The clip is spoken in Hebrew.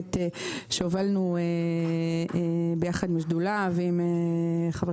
הקודמת שהובלנו ביחד עם השדולה ועם חבר